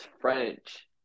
French